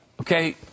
okay